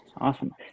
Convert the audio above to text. Awesome